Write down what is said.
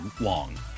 Wong